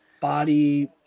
body